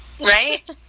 right